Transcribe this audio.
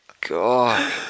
God